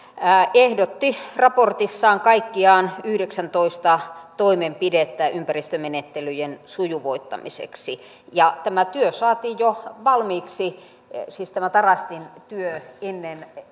ehdotti raportissa kaikkiaan yhdeksäntoista toimenpidettä ympäristömenettelyjen sujuvoittamiseksi tämä työ saatiin jo valmiiksi siis tämä tarastin työ ennen